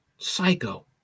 Psycho